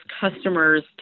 customers